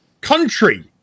country